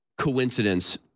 coincidence